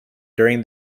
during